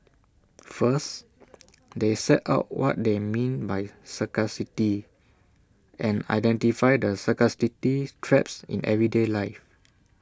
first they set out what they mean by scarcity and identify the scarcity traps in everyday life